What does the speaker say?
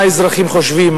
מה האזרחים חושבים,